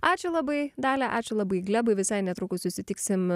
ačiū labai dalia ačiū labai glebai visai netrukus susitiksim